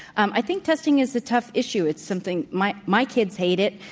um i think testing is a tough issue. it's something my my kids hate it,